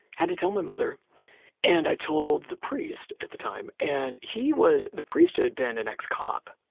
had to tell my mother and i told the priest at the time. and he was, the priest had been an ex-cop